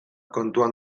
kontuan